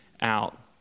out